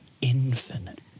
Infinite